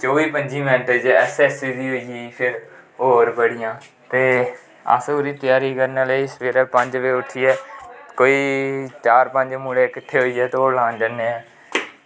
चौबी पंज्जी मैंट च ऐस ऐस सी दी होई फिर होर बड़ियां ते अस ओह्दी तैयारी करनें लेई पंज बज़े उट्ठियै कोई चार पंज मुड़े किट्ठे होईयै दौड़ लान जन्ने ऐं